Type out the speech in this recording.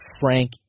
Frank